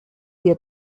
ihr